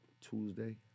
Tuesday